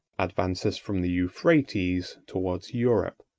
advances from the euphrates towards europe.